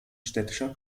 städtischer